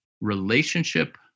relationship